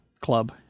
Club